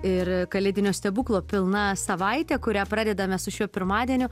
ir kalėdinio stebuklo pilna savaitė kurią pradedame su šiuo pirmadieniu